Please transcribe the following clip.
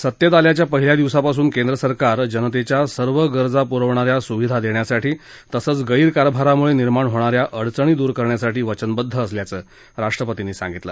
सत्तेत आल्याच्या पहिल्या दिवसापासून केंद्र सरकार जनतेच्या सर्व गरजा पुरवणा या सुविधा देण्यासाठी तसंच गैरकारभारामुळे निर्माण होणाऱ्या अडचणी दूर करण्यासाठी वचनबद्द असल्याचं राष्ट्रपती म्हणाले